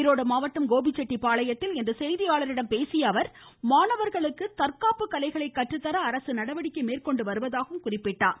ஈரோடு மாவட்டம் கோபிச்செட்டிப்பாளையத்தில் இன்று செய்தியாளர்களிடம் பேசிய அவர் மாணவர்களுக்கு தற்காப்பு கலைகளை கற்றுத்தர அரசு நடவடிக்கை மேற்கொண்டு வருவதாக கூறினார்